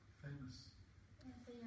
famous